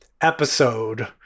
episode